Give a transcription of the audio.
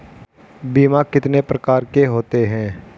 बीमा कितने प्रकार के होते हैं?